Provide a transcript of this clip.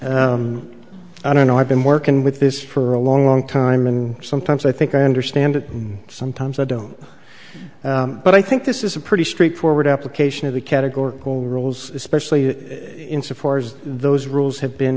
just i don't know i've been working with this for a long long time and sometimes i think i understand it and sometimes i don't but i think this is a pretty straightforward application of the categorical rules especially insofar as those rules have been